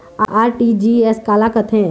RTGS काला कथें?